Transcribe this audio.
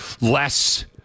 less